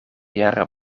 jaren